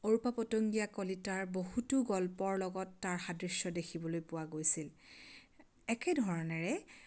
অৰূপা পতংগীয়া কলিতাৰ বহুতো গল্পৰ লগত তাৰ সাদৃশ্য দেখিবলৈ পোৱা গৈছিল একেধৰণেৰে